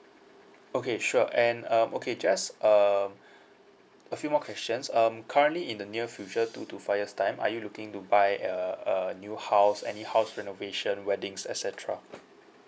okay sure and um okay just um a few more questions um currently in the near future two to five years time are you looking to buy a a new house any house renovation weddings et cetera